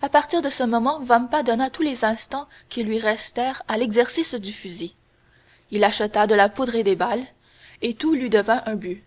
à partir de ce moment vampa donna tous les instants qui lui restèrent à l'exercice du fusil il acheta de la poudre et des balles et tout lui devint un but